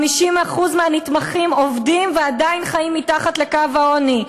50% מהנתמכים עובדים ועדיין חיים מתחת לקו העוני.